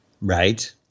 Right